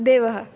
देवः